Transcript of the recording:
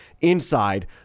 inside